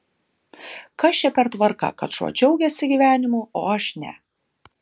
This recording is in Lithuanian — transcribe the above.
kas čia per tvarka kad šuo džiaugiasi gyvenimu o aš ne